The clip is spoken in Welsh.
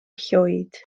llwyd